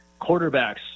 quarterbacks